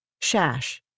Shash